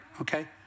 okay